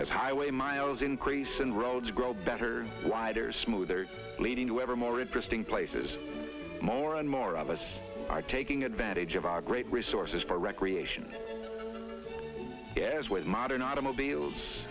as highway miles increase and roads grow better wider smoother leading to ever more interesting places more and more of us are taking advantage of our great resources for recreation as with modern automobiles